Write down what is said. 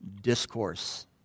discourse